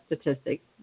statistics